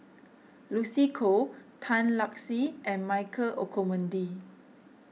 Lucy Koh Tan Lark Sye and Michael Olcomendy